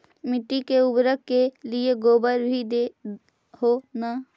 मिट्टी के उर्बरक के लिये गोबर भी दे हो न?